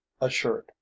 assured